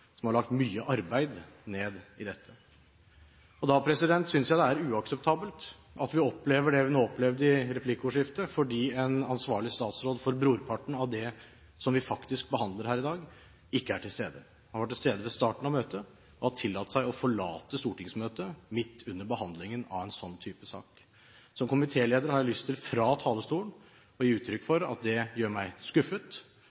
som har lagt ned mye arbeid i dette. Jeg synes det er uakseptabelt det vi nå opplevde i replikkordskiftet, at en statsråd som er ansvarlig for brorparten av det som vi faktisk behandler her i dag, ikke er til stede. Han var til stede ved starten av møtet og har tillatt seg å forlate stortingsmøtet midt under behandlingen av en sånn type sak. Som komitéleder har jeg fra talerstolen lyst til å gi uttrykk